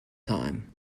time